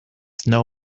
know